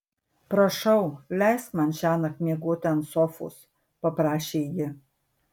prašau leisk man šiąnakt miegoti ant sofos paprašė ji